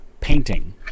painting